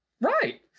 Right